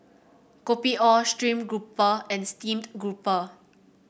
Kopi O stream grouper and Steamed Grouper